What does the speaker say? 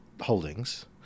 holdings